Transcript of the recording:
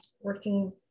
working